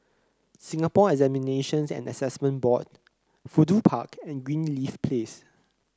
Singapore Examinations and Assessment Board Fudu Park and Greenleaf Place